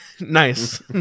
nice